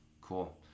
Cool